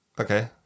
Okay